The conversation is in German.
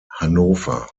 hannover